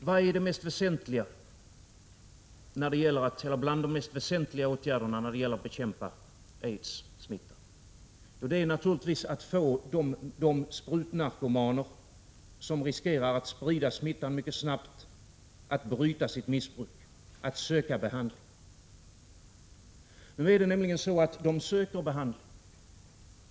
Vad är en av de mest väsentliga åtgärderna när det gäller att bekämpa aidssmittan? Jo, det är naturligtvis att få de sprutnarkomaner som riskerar att sprida smittan mycket snabbt att bryta sitt missbruk och söka behandling. Och nu söker de behandling.